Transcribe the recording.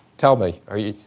tell me, are you,